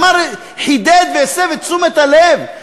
אמר, חידד והסב את תשומת הלב.